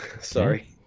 Sorry